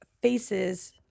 faces